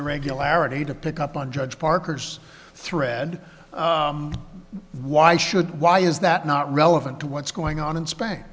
irregularity to pick up on judge parker's thread why should why is that not relevant to what's going on in spain